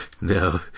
No